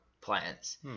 plants